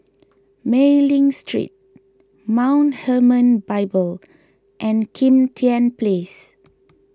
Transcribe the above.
Mei Ling Street Mount Hermon Bible and Kim Tian Place